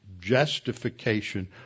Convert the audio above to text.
justification